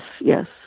yes